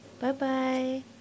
Bye-bye